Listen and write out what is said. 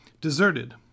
deserted